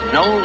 no